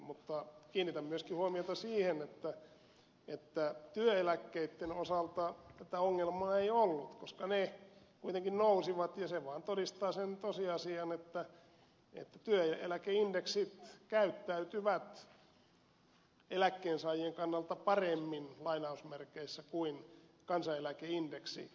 mutta kiinnitän myöskin huomiota siihen että työeläkkeitten osalta tätä ongelmaa ei ollut koska ne kuitenkin nousivat ja se vain todistaa sen tosiasian että työeläkeindeksit käyttäytyvät eläkkeensaajien kannalta paremmin kuin kansaneläkeindeksi